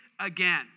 again